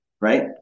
right